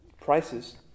prices